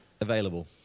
available